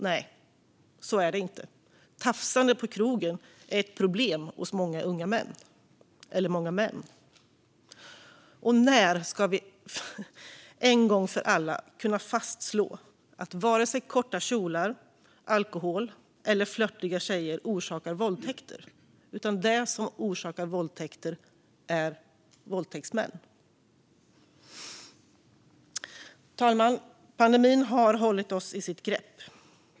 Nej, så är det inte - tafsande på krogen är ett problem hos många män. Och när ska vi en gång för alla kunna fastslå att varken korta kjolar, alkohol eller flörtiga tjejer orsakar våldtäkter? Det som orsakar våldtäkter är våldtäktsmän. Fru talman! Pandemin har hållit oss i sitt grepp.